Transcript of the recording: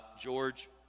George